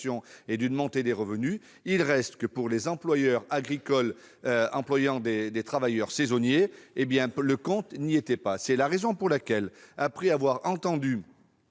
et d'une hausse des revenus, il reste que, pour les employeurs agricoles de travailleurs saisonniers, le compte n'y était pas. C'est la raison pour laquelle, après avoir entendu